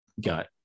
got